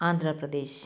Andhra Pradesh